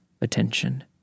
attention